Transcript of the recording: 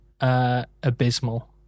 Abysmal